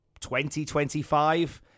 2025